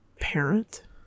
parent